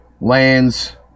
lands